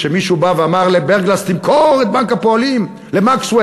כשמישהו בא ואמר לברגלס: תמכור את בנק הפועלים למקסוול,